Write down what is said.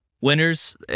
winners